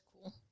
cool